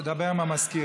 דבר עם המזכיר.